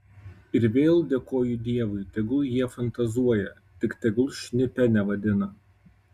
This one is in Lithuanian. ir vėl dėkoju dievui tegul jie fantazuoja tik tegul šnipe nevadina